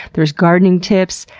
there's gardening tips,